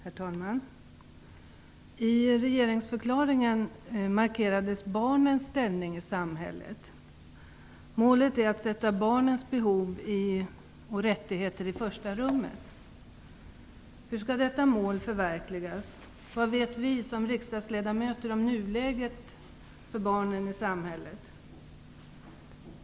Herr talman! I regeringsförklaringen markerades barnens ställning i samhället. Målet är att sätta barnens behov och rättigheter i första rummet. Hur skall detta mål förverkligas? Vad vet vi som riksdagsledamöter om nuläget för barnen i samhället?